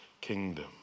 kingdom